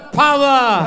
power